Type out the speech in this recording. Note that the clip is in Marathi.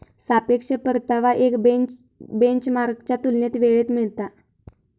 सापेक्ष परतावा एक बेंचमार्कच्या तुलनेत वेळेत मिळता